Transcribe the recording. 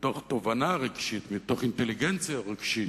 מתוך תובנה רגשית, מתוך אינטליגנציה רגשית,